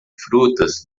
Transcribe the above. frutas